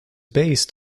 based